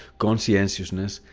conscientiousness,